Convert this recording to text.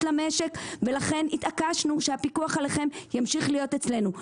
למשק ולכן התעקשנו שהפיקוח עליכם ימשיך להיות אצלנו.